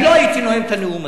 לא הייתי נואם את הנאום הזה,